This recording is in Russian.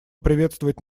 приветствовать